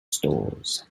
stores